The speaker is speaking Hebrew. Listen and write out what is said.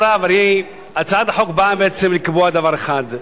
הצעת החוק באה לקבוע דבר אחד,